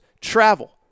travel